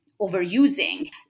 overusing